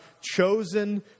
chosen